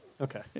Okay